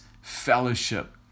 fellowship